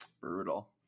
Brutal